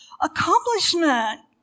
accomplishment